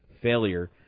failure